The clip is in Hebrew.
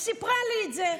היא סיפרה לי את זה.